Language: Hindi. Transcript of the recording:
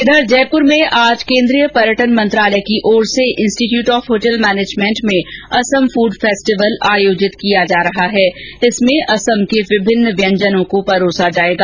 इधर जयपुर में आज केन्द्रीय पर्यटन मंत्रालय की ओर से इंस्टीट़यूट ऑफ होटल मैनेजमेंट में असम फूड फेस्टिवल आयोजित किया जा रहा है इसमें असम के विभिन्न व्यंजनों को परोसा जाएगा